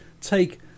take